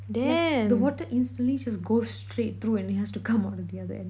like the water instantly just go straight through and it has to come out of the other end